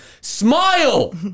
Smile